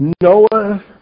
Noah